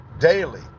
Daily